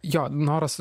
jo noras